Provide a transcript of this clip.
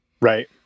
Right